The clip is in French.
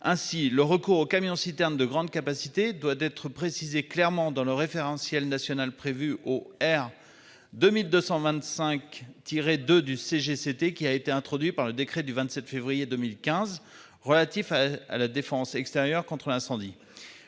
ainsi le recours au camions citernes de grande capacité doit être précisé clairement dans le référentiel national prévu au R 2225. De du CGCT qui a été introduit par le décret du 27 février 2015 relatifs à la défense extérieure contre l'incendie.